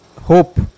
hope